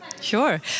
Sure